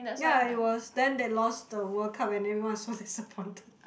ya it was then they lost the World Cup and everyone is so disappointed